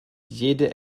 jede